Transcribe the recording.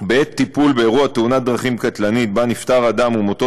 בעת טיפול באירוע תאונת דרכים קטלנית שבה נפטר אדם ומותו